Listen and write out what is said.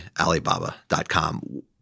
Alibaba.com